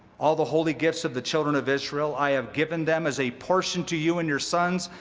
all the holy gifts of the children of israel i have given them as a portion to you and your sons,